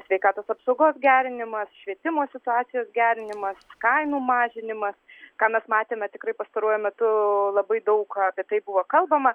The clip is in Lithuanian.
sveikatos apsaugos gerinimas švietimo situacijos gerinimas kainų mažinimas ką mes matėme tikrai pastaruoju metu labai daug apie tai buvo kalbama